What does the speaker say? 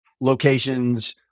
locations